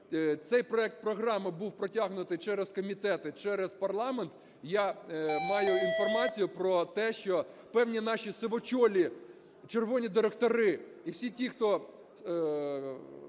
цей проект програми був протягнутий через комітети, через парламент, я маю інформацію про те, що певні наші сивочолі "червоні" директори і всі ті, хто